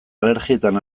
alergietan